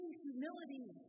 humility